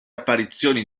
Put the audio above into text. apparizioni